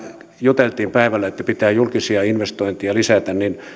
juteltiin päivällä että pitää julkisia investointeja lisätä ja